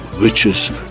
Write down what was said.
Witches